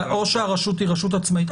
או שהיא רשות עצמאית,